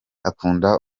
akunda